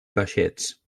peixets